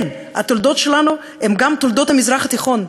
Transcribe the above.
כן, התולדות שלנו הן גם תולדות המזרח התיכון.